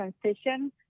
transition